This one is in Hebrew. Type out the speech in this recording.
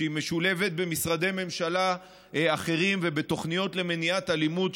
כשהיא משולבת במשרדי ממשלה אחרים ובתוכניות למניעת אלימות,